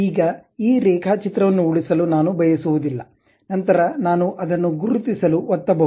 ಈಗ ಈ ರೇಖಾಚಿತ್ರವನ್ನು ಉಳಿಸಲು ನಾನು ಬಯಸುವುದಿಲ್ಲ ನಂತರ ನಾನು ಅದನ್ನು ಗುರುತಿಸಲು ಒತ್ತಬಹುದು